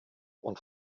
und